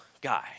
guy